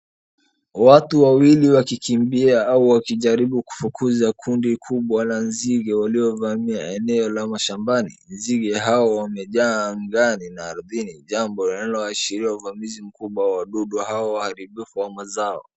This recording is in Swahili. Watu wawili wakikimbia au wakijaribu kufukuza kundi kubwa la nzige waliovamia eneo la mashambani. Nzige hao wamejaa angani na ardhini jambo linaloashiria uvamizi mkubwa wa wadudu hao waharibifu wa mazao.